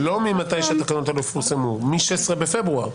לא, לא ממתי שהתקנות האלו יפורסמו, מ-16 בפברואר.